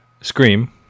scream